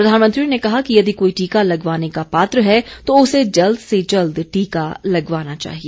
प्रधानमंत्री ने कहा कि यदि कोई टीका लगयाने का पात्र है तो उसे जल्द से जल्द टीका लगवाना चाहिए